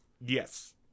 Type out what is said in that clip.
Yes